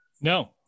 no